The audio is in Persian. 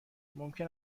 ممکن